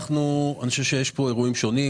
אני חושב שיש פה אירועים שונים,